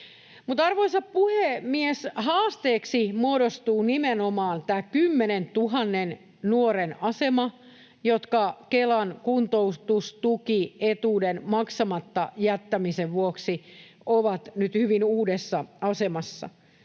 arvoisa puhemies, haasteeksi muodostuu nimenomaan tämä 10 000 nuoren asema, jotka Kelan kuntoutustukietuuden maksamatta jättämisen vuoksi ovat nyt hyvin uudessa asemassa.